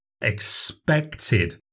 expected